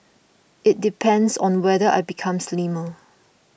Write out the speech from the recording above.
it depends on whether I become slimmer